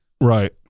right